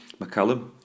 McCallum